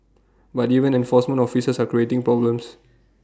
but even enforcement officers are creating problems